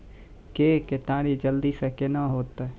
के केताड़ी जल्दी से के ना होते?